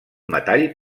metall